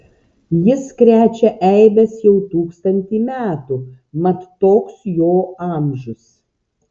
jis krečia eibes jau tūkstantį metų mat toks jo amžius